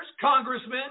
congressmen